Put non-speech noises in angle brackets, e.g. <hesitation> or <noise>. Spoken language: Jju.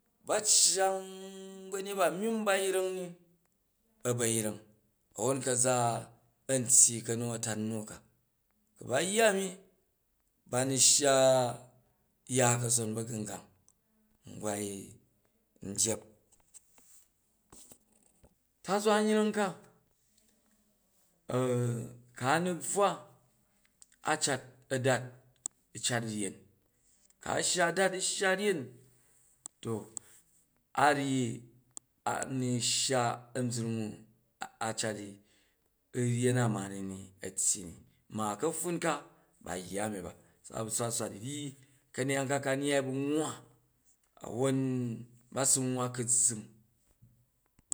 Ba cyang ba̱ nyet ba a̱ nyimm ba yreng ni, a̱ ba̱ yreng a̱mmen ka̱za a tyyi ka̱na-a̱tan nu ka. Ku ba yya a̱mi ba nu shya ya ka̱son ba̱gungang <unintelligible> tazwa yreng ka <hesitation> ku̱ a nu bvwa a cat a̱dat u̱ cat ryen, ku̱ a shya a̱dat u̱ shya ryen, to a̱ ryyi a̱ nu shya a̱mbrying u a cat i u ryen a ma ni ni tyyi ni. ma ka ka̱pffun ka ba yya a̱mi ba, se a bu̱ swat-u swat u̱ ryyi ka̱ neyang ka ka nyai a ba̱ nwwa a̱wwon ba si nwwa ku̱ zzam.